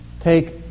take